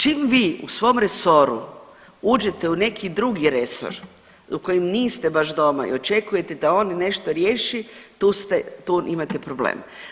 Čim vi u svom resoru uđete u neki drugi resor u kojem niste baš doma i očekujete da on nešto riješi tu ste, tu imate problem.